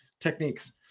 techniques